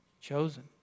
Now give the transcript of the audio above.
Chosen